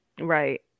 Right